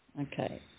Okay